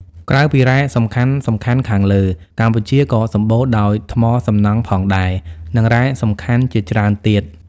ក្រៅពីរ៉ែសំខាន់ៗខាងលើ កម្ពុជាក៏សម្បូរដោយ ថ្មសំណង់ផងដែរ និងរ៉ែសំខាន់ជាច្រើនទៀត។